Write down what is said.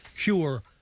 cure